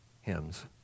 hymns